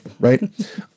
right